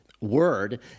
word